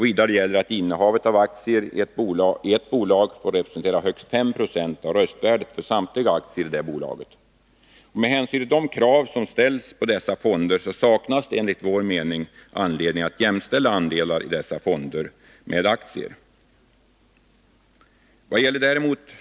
Vidare gäller att innehavet av aktier i ett bolag får representera högst 5 90 av röstvärdet för samtliga aktier i det bolaget. Med hänsyn till de krav som ställs på dessa fonder saknas enligt vår mening anledning att jämställa andelar i dessa fonder med aktier.